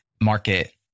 market